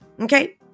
Okay